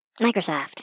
Microsoft